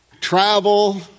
travel